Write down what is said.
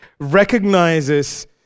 recognizes